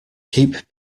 keep